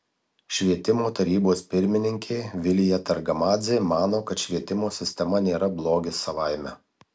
švietimo tarybos pirmininkė vilija targamadzė mano kad švietimo sistema nėra blogis savaime